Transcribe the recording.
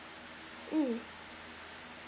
mm